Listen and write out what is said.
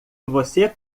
você